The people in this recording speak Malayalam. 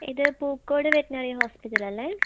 ഇത് പൂക്കോട് വെറ്റിനറി ഹോസ്പിറ്റലല്ലേ